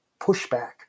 pushback